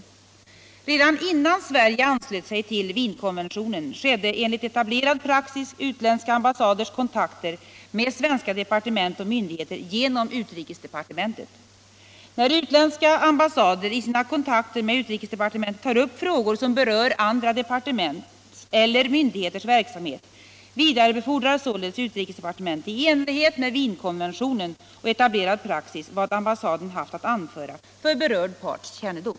Redan innan Sverige anslöt sig till Wienkonventionen skedde enligt etablerad praxis utländska ambassaders kontakter med svenska departement och myndigheter genom utrikesdepartementet. När utländska ambassader i sina kontakter med utrikesdepartementet tar upp frågor som berör andra departements eller myndigheters verksamhet vidarebefordrar således utrikesdepartementet, i enlighet med Wienkonventionen och etablerad praxis, vad ambassaden haft att anföra för berörd parts kännedom.